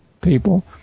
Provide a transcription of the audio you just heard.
people